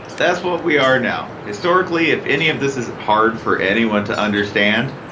that's what we are now. historically, if any of this is hard for anyone to understand,